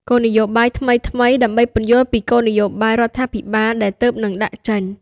គោលនយោបាយថ្មីៗ ដើម្បីពន្យល់ពីគោលនយោបាយរដ្ឋាភិបាលដែលទើបនឹងដាក់ចេញ។